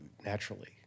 naturally